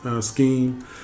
scheme